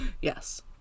Yes